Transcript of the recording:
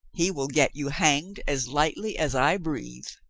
he will get you hanged as lightly as i breathe.